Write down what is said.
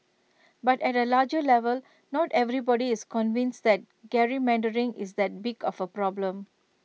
but at A larger level not everybody is convinced that gerrymandering is that big of A problem